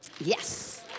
Yes